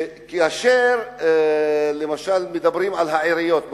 כאשר למשל מדברים על העיריות,